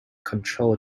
control